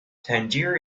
tangier